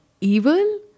evil